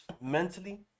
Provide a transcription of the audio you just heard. mentally